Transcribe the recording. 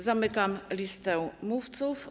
Zamykam listę mówców.